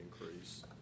increase